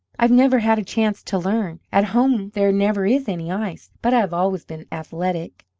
i've never had a chance to learn at home there never is any ice but i have always been athletic.